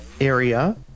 area